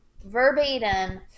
verbatim